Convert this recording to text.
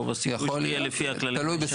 רוב הסיכוי שתהיה לפי הכללים --- יכול להיות.